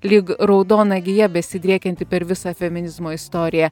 lyg raudona gija besidriekiantį per visą feminizmo istoriją